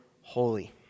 holy